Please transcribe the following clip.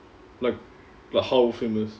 like like how famous